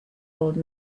old